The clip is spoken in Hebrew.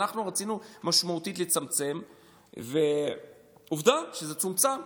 אנחנו רצינו לצמצם משמעותית, ועובדה שזה צומצם.